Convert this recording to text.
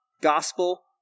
gospel